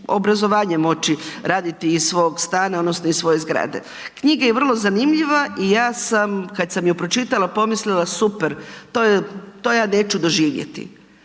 obrazovanje moći raditi iz svog stana odnosno iz svoje zgrade. Knjiga je vrlo zanimljiva i ja sam kad sam ju pročitala, pomislila super, to ja neću doživjeti.